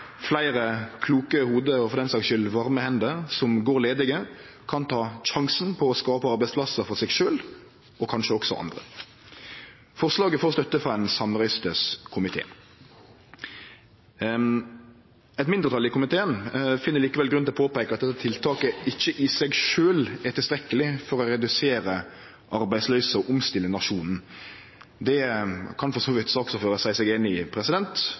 fleire kloke hovud – og for den saks skuld varme hender – som går ledige, kan ta sjansen på å skape arbeidsplassar for seg sjølve og kanskje også andre. Forslaget får støtte frå ein samrøystes komité. Eit mindretal i komiteen finn likevel grunn til å påpeike at tiltaket ikkje i seg sjølv er tilstrekkeleg til å redusere arbeidsløysa og omstille nasjonen. Det kan for så vidt saksordføraren seie seg einig i,